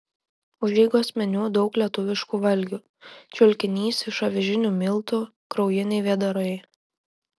užeigos meniu daug lietuviškų valgių čiulkinys iš avižinių miltų kraujiniai vėdarai